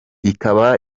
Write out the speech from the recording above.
ikaba